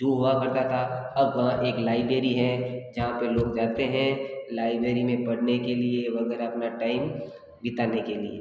जू हुआ करता था अब वहाँ एक लाइब्रेरी है जहाँ पे लोग जाते हैं लाइब्रेरी में पढ़ने के लिए वगैरह अपना टाइम बिताने के लिए